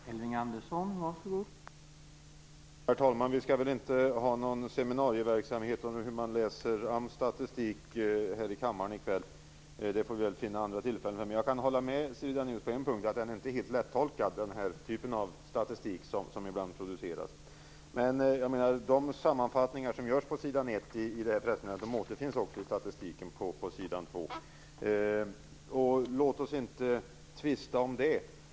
Herr talman! Vi skall väl inte ha någon seminarieverksamhet här i kammaren i kväll om hur man läser AMS statistik. Det får vi finna andra tillfällen för. Men jag kan hålla med Siri Dannaeus på en punkt, nämligen att den här typen av statistik som ibland produceras inte är helt lättolkad. Men de sammanfattningar som görs på s. 1 i pressmeddelandet återfinns också i statistiken på s. 2. Låt oss inte tvista om det.